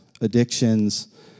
addictions